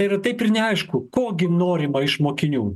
ir taip ir neaišku ko gi norima iš mokinių